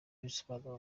bisobanura